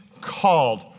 Called